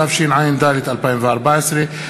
התשע"ד 2014,